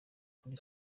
kuri